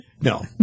no